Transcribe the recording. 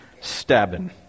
stabbing